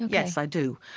yes, i do.